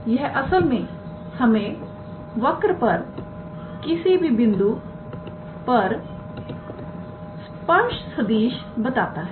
तो यह असल में हमें वक्र पर किसी भी बिंदु पर स्पर्श सदिश बताता है